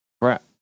Crap